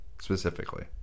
specifically